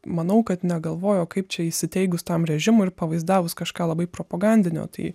manau kad negalvojo kaip čia įsiteikus tam režimui ir pavaizdavus kažką labai propagandinio tai